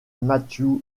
matthew